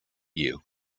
you